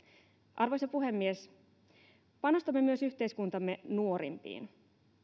arvoisa puhemies panostamme myös yhteiskuntamme nuorimpiin